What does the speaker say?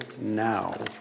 now